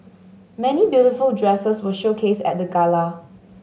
many beautiful dresses were showcased at the gala